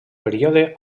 període